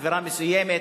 אווירה מסוימת.